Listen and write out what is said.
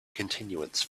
continuance